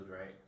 right